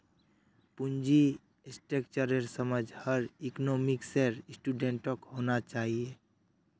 पूंजी स्ट्रक्चरेर समझ हर इकोनॉमिक्सेर स्टूडेंटक होना चाहिए